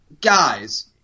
guys